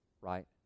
right